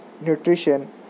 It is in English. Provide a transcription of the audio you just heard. nutrition